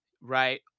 right